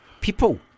people